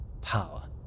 power